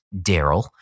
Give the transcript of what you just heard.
Daryl